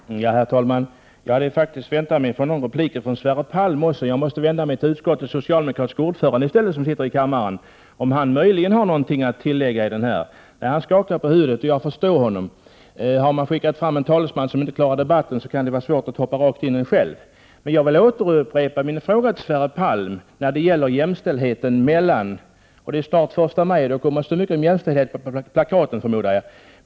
Herr talman! Jag hade faktiskt väntat mig en replik också av Sverre Palm, men i stället får jag vända mig till utskottets socialdemokratiske ordförande som sitter i kammaren för att höra om han möjligen har någonting att tillägga. Han skakar på huvudet, och jag förstår honom. Har man skickat fram en talesman som inte klarar debatten, kan det vara svårt för någon annan att hoppa rakt in i den. Jag vill emellertid upprepa min fråga till Sverre Palm beträffande jämställdheten. Det är snart 1 maj och då kommer det förmodligen att stå mycket om jämställdhet på plakaten.